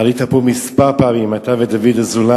עלית פה כמה פעמים, אתה ודוד אזולאי,